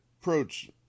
approach